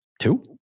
Two